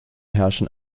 herrschen